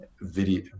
video